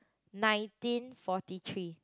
nineteen forty three